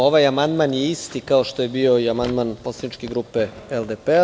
Ovaj amandman je isti kao što je bio i amandman poslaničke grupe LDP.